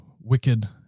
wicked